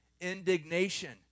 indignation